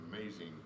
amazing